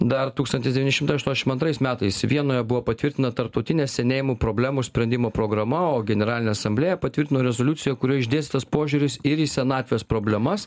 dar tūkstantis devyni šimtai aštuoniašim antrais metais vienoje buvo patvirtina tarptautinė senėjimų problemų sprendimų programa o generalinė asamblėja patvirtino rezoliuciją kurioj išdėstytas požiūris ir į senatvės problemas